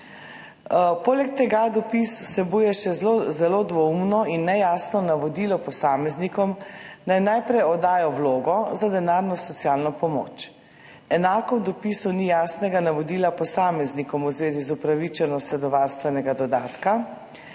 Poleg tega dopis vsebuje še zelo dvoumno in nejasno navodilo posameznikom, naj najprej oddajo vlogo za denarno socialno pomoč. Enako v dopisu ni jasnega navodila posameznikom v zvezi z upravičenostjo do varstvenega dodatka.